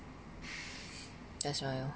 that's why oh